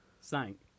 Sank